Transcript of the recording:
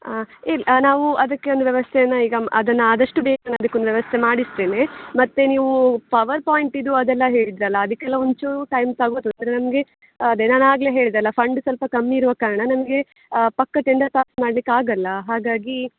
ಹಾಂ ಇಲ್ಲ ನಾವು ಅದಕ್ಕೆ ಒಂದು ವ್ಯವಸ್ಥೆಯನ್ನು ಈಗ ಅದನ್ನು ಆದಷ್ಟು ಬೇಗನೆ ಅದಕ್ಕೊಂದು ವ್ಯವಸ್ಥೆ ಮಾಡಿಸ್ತೇನೆ ಮತ್ತು ನೀವು ಪವರ್ ಪಾಯಿಂಟಿಂದು ಅದೆಲ್ಲ ಹೇಳಿದ್ದಿರಲ್ಲ ಅದಕ್ಕೆಲ್ಲ ಒಂದು ಚೂರು ಟೈಮ್ ತಗೋತದೆ ಅಂದರೆ ನಮಗೆ ಅದೇ ನಾನು ಆಗಲೇ ಹೇಳಿದೆ ಅಲ್ಲ ಫಂಡ್ ಸ್ವಲ್ಪ ಕಮ್ಮಿ ಇರುವ ಕಾರಣ ನಮಗೆ ಪಕ್ಕ ಟೆಂಡರ್ ಪಾಸ್ ಮಾಡ್ಲಿಕ್ಕೆ ಆಗೋಲ್ಲ ಹಾಗಾಗಿ